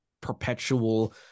perpetual